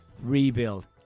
rebuild